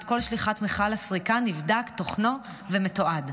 כל שליחת מכל לסריקה נבדק תוכנו ומתועד.